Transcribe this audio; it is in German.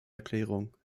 erklärung